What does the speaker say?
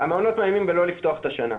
המעונות מאיימים בלא לפתוח את השנה,